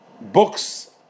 books